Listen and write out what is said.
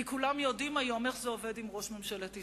כי כולם יודעים היום איך זה עובד עם ראש ממשלת ישראל.